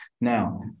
Now